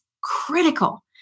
critical